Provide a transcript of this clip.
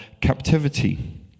captivity